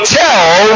tell